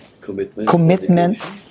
commitment